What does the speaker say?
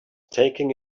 taking